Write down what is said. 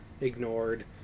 ignored